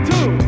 Two